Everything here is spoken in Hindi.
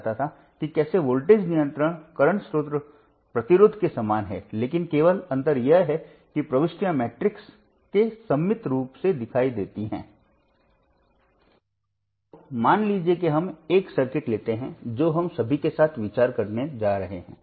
आगे हम वोल्टेज नियंत्रित वोल्टेज स्रोतों को एक सर्किट में शामिल करने और नोडल विश्लेषण करने पर विचार करते हैं